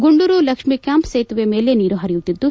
ಗುಂಡೂರು ಲಕ್ಷ್ಮೀಕ್ಯಾಂಪ್ ಸೇತುವೆ ಮೇಲೆ ನೀರು ಹಲಿಯುತ್ತಿದ್ದು